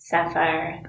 Sapphire